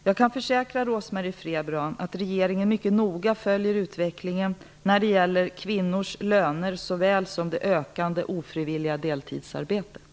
Jag kan försäkra Rose-Marie Frebran att regeringen mycket noga följer utvecklingen när det gäller såväl kvinnors löner som det ökande ofrivilliga deltidsarbetet.